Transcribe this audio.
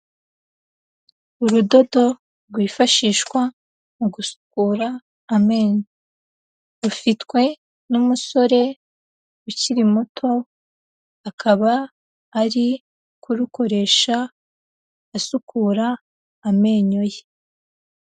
Urudodo rwifashishwa mu gusukura amenyo, rufitwe n'umusore ukiri muto akaba arikurukoresha asukura amenyo ye.